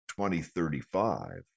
2035